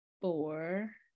four